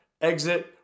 exit